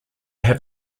have